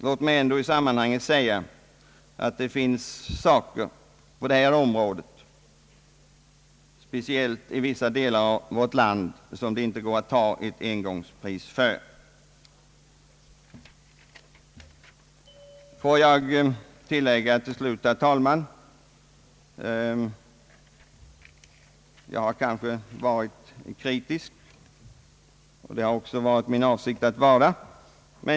Låt mig ändå i detta sammanhang säga att det finns saker, som inte går att sälja oavsett priset och oavsett hur jämnt bördorna fördelas. Speciellt gäller detta för vissa delar av vårt land. Till slut, herr talman, jag har måhända varit kritisk, och det var också min avsikt att vara så.